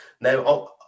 Now